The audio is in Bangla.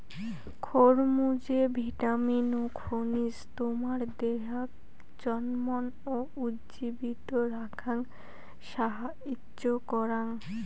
খরমুজে ভিটামিন ও খনিজ তোমার দেহাক চনমন ও উজ্জীবিত রাখাং সাহাইয্য করাং